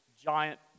giant